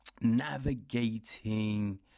navigating